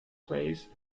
place